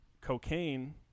Cocaine